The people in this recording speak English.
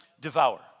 devour